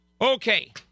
Okay